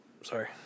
Sorry